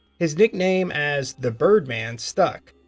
his nickname as the birdman stuck.